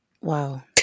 wow